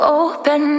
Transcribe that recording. open